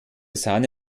sahne